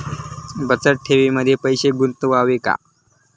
बचत ठेवीमध्ये पैसे गुंतवावे का?